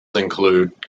include